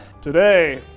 today